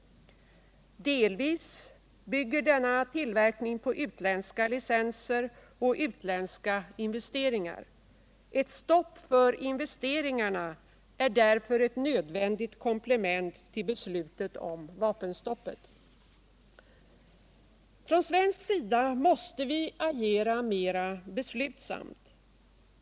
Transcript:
Delvis bygger denna tillverkning på utländska licenser och utländska investeringar. Ett stopp för investeringarna är därför ett nödvändigt komplement till beslutet om vapenstoppet. Från svensk sida måste vi agera mera beslutsamt.